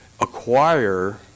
acquire